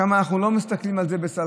שם אנחנו לא מסתכלים על זה בסלחנות,